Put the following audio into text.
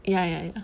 ya ya ya